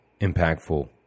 impactful